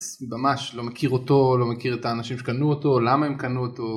ממש לא מכיר אותו, לא מכיר את האנשים שקנו אותו, למה הם קנו אותו